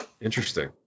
Interesting